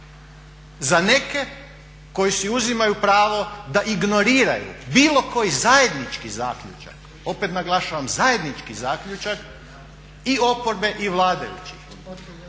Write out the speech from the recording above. za neke koji si uzimaju pravo da ignoriraju bilo koji zajednički zaključak, opet naglašavam zajednički zaključak i oporbe i vladajućih.